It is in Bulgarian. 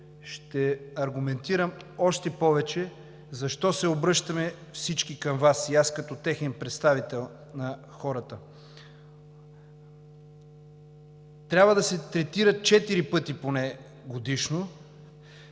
ще аргументирам още повече защо се обръщаме всички към Вас – и аз като представител на хората: „Трябва да се третират поне четири пъти годишно.